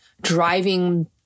driving